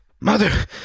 Mother